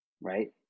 right